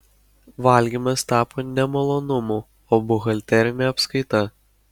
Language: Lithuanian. valgymas tapo ne malonumu o buhalterine apskaita